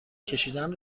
کشیدن